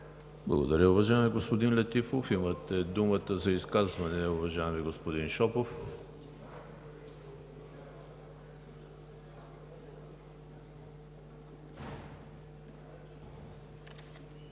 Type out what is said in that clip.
Благодаря Ви, уважаеми господин Летифов. Имате думата за изказване, уважаеми господин Шопов.